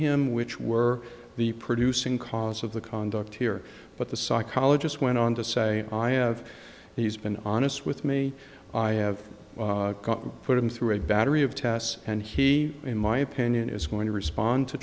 him which were the producing cause of the conduct here but the psychologist went on to say i have and he's been honest with me i have put him through a battery of tests and he in my opinion is going to respond t